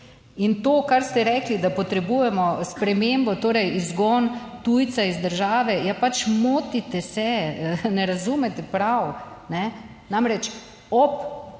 in to, kar ste rekli, da potrebujemo spremembo, torej izgon tujca iz države, ja pač, motite se. Ne razumete prav, kajne? Namreč,